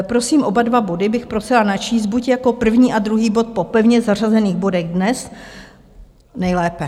Prosím, oba dva body bych prosila načíst jako první a druhý bod po pevně zařazených bodech dnes, nejlépe.